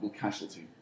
casualty